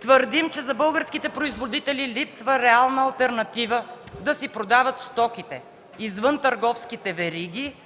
Твърдим, че за българските производители липсва реална алтернатива да си продават стоките извън търговските вериги,